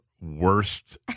worst